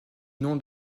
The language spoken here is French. nom